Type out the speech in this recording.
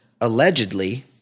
allegedly